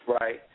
right